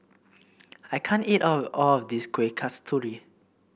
I can't eat all of this Kuih Kasturi